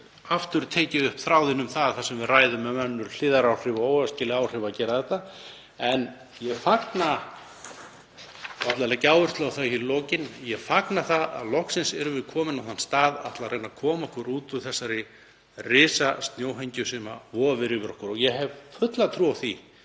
aftur tekið upp þráðinn þar sem við ræðum um önnur hliðaráhrif, óæskileg áhrif af að gera þetta. Ég ætla að leggja áherslu á það í lokin að ég fagna því að loksins séum við komin á þann stað að reyna að koma okkur út úr þessari risasnjóhengju sem vofir yfir okkur og ég hef fulla trú á því